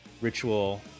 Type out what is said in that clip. Ritual